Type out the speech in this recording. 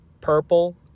purple